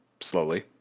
slowly